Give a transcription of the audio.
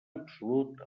absolut